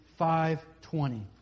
5.20